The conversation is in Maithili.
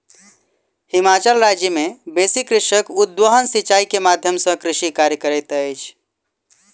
हिमाचल राज्य मे बेसी कृषक उद्वहन सिचाई के माध्यम सॅ कृषि कार्य करैत अछि